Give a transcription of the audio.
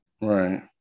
Right